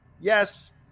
yes